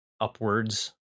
upwards